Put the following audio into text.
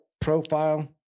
profile